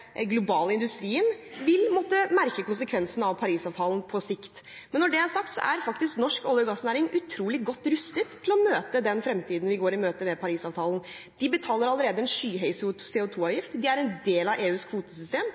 globale industrien, vil måtte merke konsekvensen av Paris-avtalen på sikt. Når det er sagt, er faktisk norsk olje- og gassnæring utrolig godt rustet til den fremtiden vi går i møte med Paris-avtalen. De betaler allerede en skyhøy CO2-avgift, og de er en del av EUs kvotesystem,